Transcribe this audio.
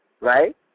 right